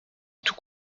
tous